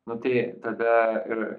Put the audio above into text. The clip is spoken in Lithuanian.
nu tai tada ir